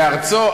בארצו,